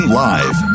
live